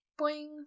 boing